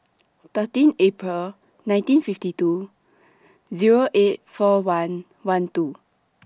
thirteen April nineteen fifty two Zero eight four one one two